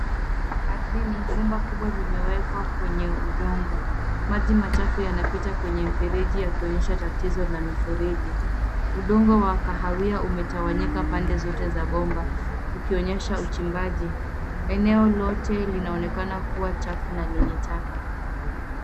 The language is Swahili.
Ardhini bomba kubwa limewekwa kwenye udongo. Maji machafu yanapita kwenye mfereji yakionyesha tatizo la mifereji. Udongo wa kahawia umetawanyika pande zote za bomba ukionyesha uchimbaji. Eneo lote linaonekana kuwa chafu na lenye taka.